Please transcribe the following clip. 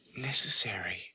Necessary